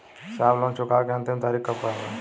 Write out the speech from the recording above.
साहब लोन चुकावे क अंतिम तारीख कब तक बा?